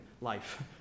life